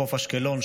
חוף אשקלון,